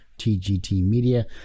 tgtmedia